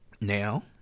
now